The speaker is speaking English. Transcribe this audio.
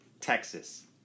Texas